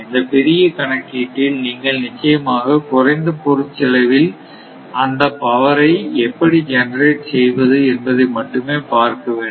இந்தப் பெரிய கணக்கீட்டில் நீங்கள் நிச்சயமாக குறைந்த பொருட்செலவில் இந்தப் அவரை எப்படி ஜெனரேட் செய்வது என்பதை மட்டுமே பார்க்கவேண்டும்